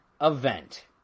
event